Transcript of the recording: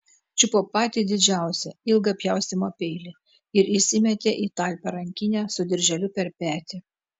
čiupo patį didžiausią ilgą pjaustymo peilį ir įsimetė į talpią rankinę su dirželiu per petį